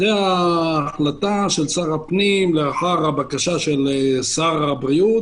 זו ההחלטה של שר הפנים לאחר הבקשה של שר הבריאות,